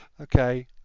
Okay